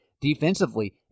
defensively